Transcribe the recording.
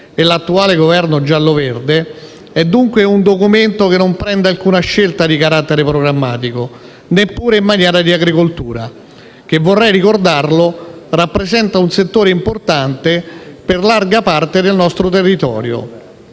e l'attuale Governo giallo-verde è dunque un Documento che non prende alcuna scelta di carattere programmatico, neppure in materia di agricoltura che - vorrei ricordarlo - rappresenta un settore importante per larga parte del nostro territorio